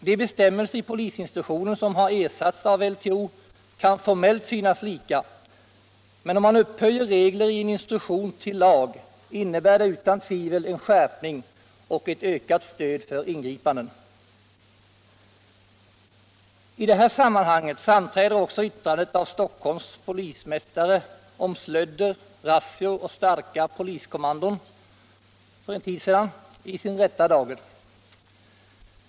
De bestiämmelser i polisinstruktionen som har ersatts av LTO kan formellt synas lika, men om man upphöjer regler i en instruktion till lag innebär det utan tvivel en skärpning och ewt ökat stöd för ingripanden. I det här sammanhanget framträder också yttrandet för en tid sedan av Stockholms polismästare om ”slödder”. ”razzior” och ”starka poliskommandon” i sin rätta dager.